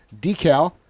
decal